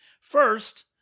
First